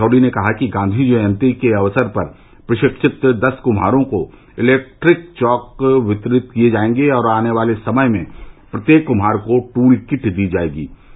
श्री पचौरी ने कहा कि गांधी जयंती के अवसर पर प्रषिक्षित दस कुम्हारो को एलेक्ट्रिक चॉक वितरित किए जायेंगे और आने वाले समय में प्रत्येक कुम्हार को टूल किट दी जायेगी